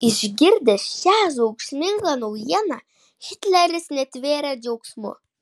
išgirdęs šią džiaugsmingą naujieną hitleris netvėrė džiaugsmu